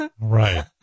Right